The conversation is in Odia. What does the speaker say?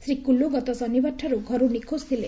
ଶ୍ରୀ କୁଲୁ ଗତ ଶନିବାର ଠାରୁ ଘରୁ ନିଖୋକ ଥିଲେ